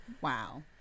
Wow